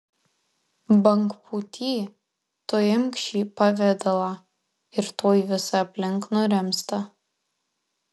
bangpūty tu imk šį pavidalą ir tuoj visa aplink nurimsta